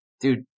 dude